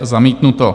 Zamítnuto.